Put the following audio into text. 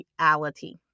reality